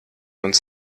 uns